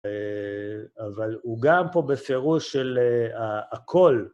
אבל הוא גם פה בפירוש של הקול.